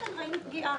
ואכן ראינו פגיעה.